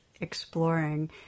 exploring